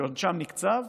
שעונשם נקצב,